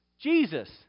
Jesus